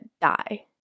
die